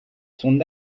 son